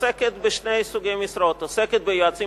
עוסקת בשני סוגי משרות: עוסקת ביועצים